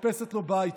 מחפשת לו בית.